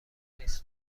نیست